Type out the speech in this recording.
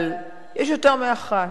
אבל יש יותר מאחת